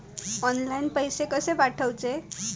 Online पैसे कशे पाठवचे?